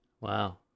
Wow